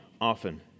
often